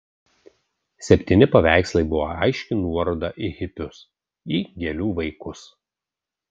septyni paveikslai buvo aiški nuoroda į hipius į gėlių vaikus